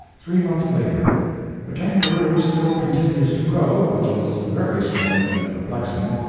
three months later the kangaroo still continues to grow, which is very strange and perplexing.